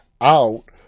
out